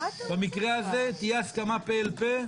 במקרה הזה תהיה הסכמה פה אל פה.